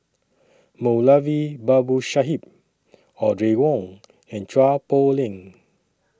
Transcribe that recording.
Moulavi Babu Sahib Audrey Wong and Chua Poh Leng